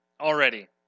already